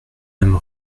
même